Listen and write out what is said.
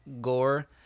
gore